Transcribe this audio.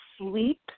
sleep